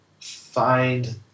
find